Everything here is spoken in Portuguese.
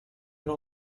não